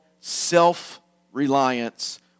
self-reliance